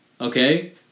okay